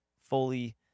fully